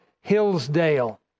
Hillsdale